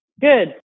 Good